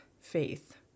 faith